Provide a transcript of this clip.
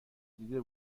دیده